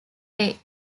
day